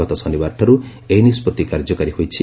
ଗତ ଶନିବାରଠାରୁ ଏହି ନିଷ୍ପତ୍ତି କାର୍ଯ୍ୟକାରୀ ହୋଇଛି